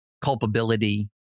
culpability